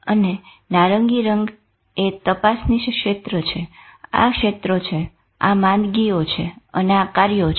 અને નારંગી રંગે તપાસનીસ ક્ષેત્ર છે આ ક્ષેત્રો છે આ માંદગીઓ છે અને આ કર્યો છે